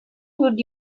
would